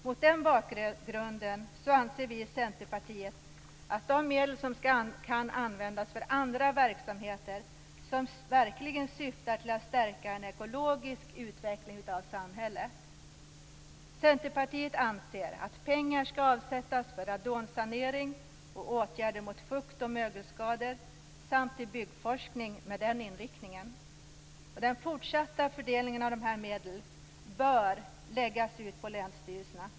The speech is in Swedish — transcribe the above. Mot den bakgrunden anser vi i Centerpartiet att dessa medel skall användas för andra verksamheter, som verkligen syftar till att stärka en ekologisk utveckling av samhället. Centerpartiet anser att pengar skall avsättas för radonsanering och åtgärder mot fukt och mögelskador samt till byggforskning med den inriktningen. Den fortsatta fördelningen av dessa medel bör läggas ut på länsstyrelserna.